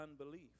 unbelief